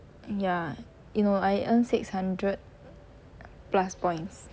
ya you know I earn six hundred plus points